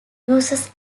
uses